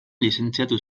lizentziatu